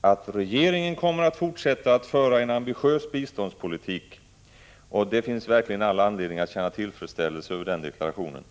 att regeringen kommer att fortsätta att föra en ambitiös biståndspolitik. Det finns verkligen all anledning att känna tillfredsställelse över den deklarationen.